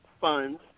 funds